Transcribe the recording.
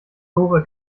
lore